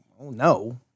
no